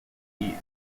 east